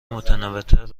متنوعتر